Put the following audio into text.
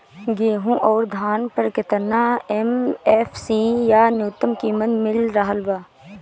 गेहूं अउर धान पर केतना एम.एफ.सी या न्यूनतम कीमत मिल रहल बा?